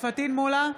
פטין מולא,